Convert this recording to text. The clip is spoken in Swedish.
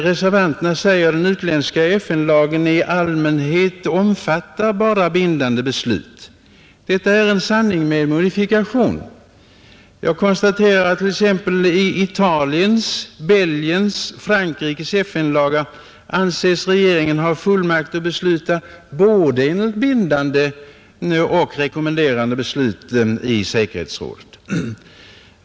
Reservanterna säger att utländsk FN-lagstiftning i regel omfattar bara bindande beslut. Detta är en sanning med modifikation. Jag konstaterar t.ex. att enligt Italiens, Belgiens och Frankrikes FN-lagar anses regeringen ha fullmakt att besluta när det gäller både bindande och rekommenderande beslut av säkerhetsrådet.